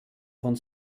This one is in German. von